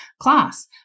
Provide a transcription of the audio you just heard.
class